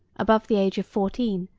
above the age of fourteen,